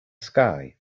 sky